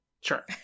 Sure